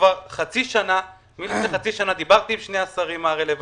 כבר לפני חצי שנה דיברתי עם שני השרים הרלוונטיים,